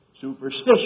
Superstition